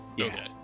Okay